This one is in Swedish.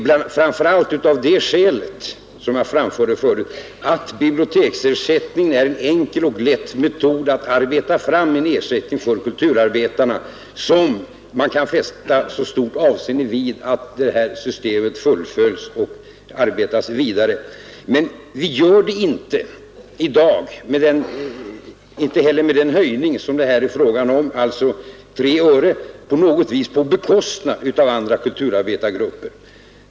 Biblioteksersättningen är, som jag förut sade, en enkel och lätt metod när det gäller att åstadkomma en ersättning till kulturarbetarna, och det är angeläget att systemet bibehålles och utvecklas. Med den höjning som det här är fråga om, alltså tre öre, sker inte denna satsning på bekostnad av andra kulturarbetargrupper.